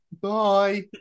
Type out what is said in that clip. Bye